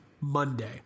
Monday